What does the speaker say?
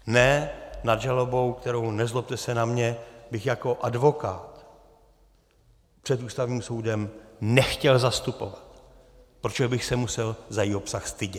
Ne nad žalobou, kterou, nezlobte se na mě, bych jako advokát před Ústavním soudem nechtěl zastupovat, protože bych se musel za její obsah stydět.